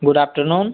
good afternoon